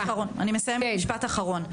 אני מסיימת במשפט אחרון.